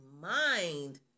mind